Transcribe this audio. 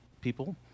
people